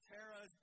Tara